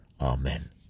Amen